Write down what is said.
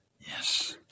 Yes